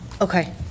okay